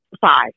five